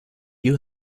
you